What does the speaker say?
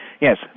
yes